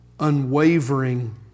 Unwavering